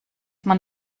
man